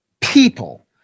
people